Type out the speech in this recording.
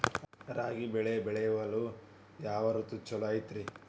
ರಾಗಿ ಬೆಳೆ ಬೆಳೆಯಲು ಯಾವ ಋತು ಛಲೋ ಐತ್ರಿ?